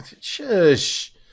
Shush